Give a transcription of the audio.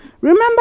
Remember